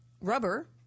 Rubber